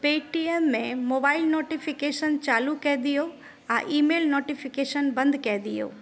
पेटीएममे mobile notification चालू कए दिऔ आ ई मेल नोटिफिकेशन बन्द कए दिऔ